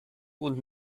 und